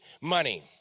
money